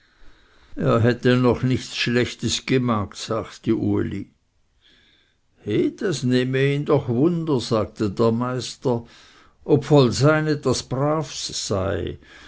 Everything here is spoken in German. er hätte noch nichts schlechts gemacht sagte uli he das nehme ihn doch wunder sagte der meister ob vollsein etwas bravs sei